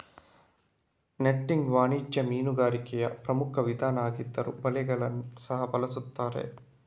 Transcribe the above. netting ವಾಣಿಜ್ಯ ಮೀನುಗಾರಿಕೆಯ ಪ್ರಮುಖ ವಿಧಾನ ಆಗಿದ್ರೂ ಬಲೆಗಳನ್ನ ಸಹ ಬಳಸ್ತಾರೆ